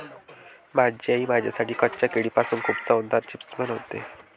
माझी आई माझ्यासाठी कच्च्या केळीपासून खूप चवदार चिप्स बनवते